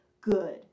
good